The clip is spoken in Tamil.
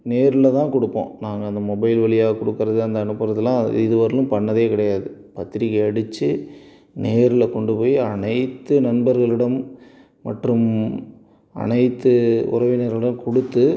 நேரில் தான் கொடுப்போம் நாங்கள் அந்த மொபைல் வழியாக கொடுக்கறது அந்த அனுப்புறதுலாம் இதுவரையிலும் பண்ணதே கிடையாது பத்திரிக்கை அடித்து நேரில் கொண்டு போய் அனைத்து நண்பர்களுடன் மற்றும் அனைத்து உறவினர்களுடன் கொடுத்து